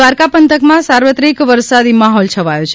દ્વારકા પંથકમાં સાર્વત્રિક વરસાદી માહોલ છવાયો છે